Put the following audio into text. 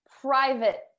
private